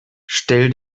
stell